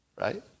right